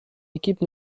équipe